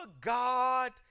God